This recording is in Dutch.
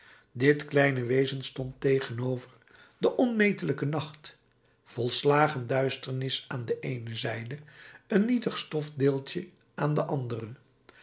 dit kleine wezen stond tegenover den onmetelijken nacht volslagen duisternis aan de eene zijde een nietig stofdeeltje aan de andere